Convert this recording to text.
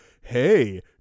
hey